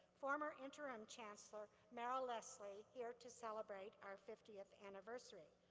former interim chancellor merrill lessley, here to celebrate our fiftieth anniversary.